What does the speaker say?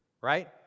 right